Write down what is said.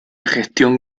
gestión